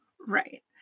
Right